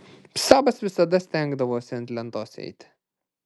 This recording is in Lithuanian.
sabas visada stengdavosi ant lentos eiti